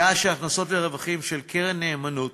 קביעה שהכנסות ורווחים של קרן נאמנות